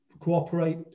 cooperate